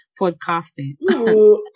podcasting